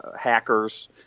hackers